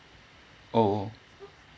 oh